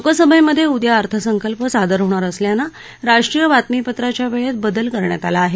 लोकसभेमधे उद्या अर्थसंकल्प सादर होणार असल्यानं राष्ट्रीय बातमीपत्राच्या वेळेत बदल करण्यात आला आहे